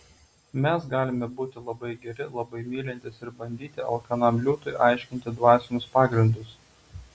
mes galime būti labai geri labai mylintys ir bandyti alkanam liūtui aiškinti dvasinius pagrindus